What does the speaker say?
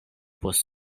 post